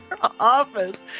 office